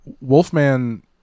wolfman